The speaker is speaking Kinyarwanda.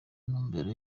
ntumbero